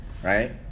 Right